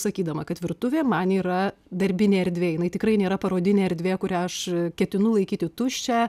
sakydama kad virtuvė man yra darbinė erdvė jinai tikrai nėra parodinė erdvė kurią aš ketinu laikyti tuščią